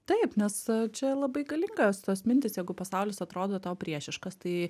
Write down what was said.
taip nes čia labai galingos tos mintys jeigu pasaulis atrodo tau priešiškas tai